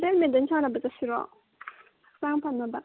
badminton ꯁꯥꯟꯅꯕ ꯆꯠꯁꯤꯔꯣ ꯍꯛꯆꯥꯡ ꯐꯅꯕ